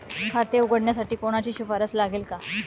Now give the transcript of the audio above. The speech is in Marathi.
खाते उघडण्यासाठी कोणाची शिफारस लागेल का?